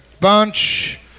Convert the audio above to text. bunch